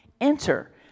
enter